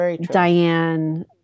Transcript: Diane